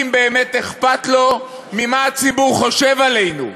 אם באמת אכפת לו מה הציבור חושב עלינו,